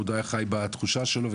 עוד היה חי בתחושה שלו,